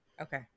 Okay